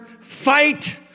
fight